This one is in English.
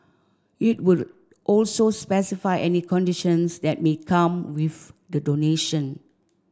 it would also specify any conditions that may come with the donation